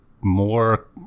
more